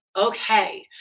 Okay